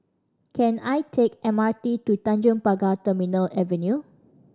can I take M R T to Tanjong Pagar Terminal Avenue